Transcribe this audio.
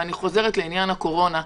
ואני חוזרת לעניין הקורונה.